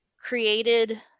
created